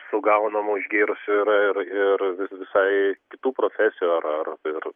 sugaunamų išgėrusių ir ir ir visai kitų profesijų ar ar ir